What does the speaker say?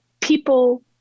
people